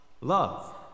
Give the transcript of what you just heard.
Love